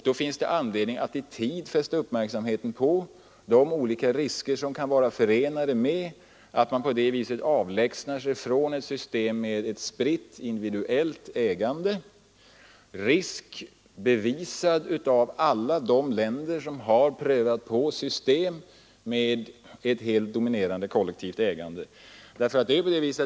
Då finns det anledning att i tid fästa uppmärksamheten på de olika risker som kan vara förenade med att på det viset avlägsna sig från ett system med spritt individuellt ägande; risker bevisade i alla de länder som har prövat på systemet med ett helt dominerande kollektivt ägande.